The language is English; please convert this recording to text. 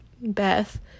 Beth